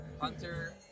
Hunter